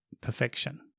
perfection